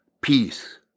peace